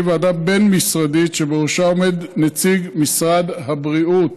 ועדה בין-משרדית שבראשה עומד נציג משרד הבריאות,